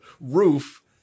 roof